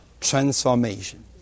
transformation